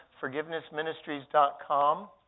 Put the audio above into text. ForgivenessMinistries.com